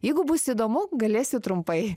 jeigu bus įdomu galėsiu trumpai